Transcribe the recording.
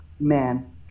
man